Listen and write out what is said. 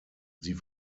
sie